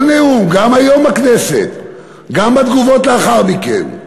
כל נאום, גם היום בכנסת, גם בתגובות לאחר מכן,